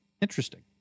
Interesting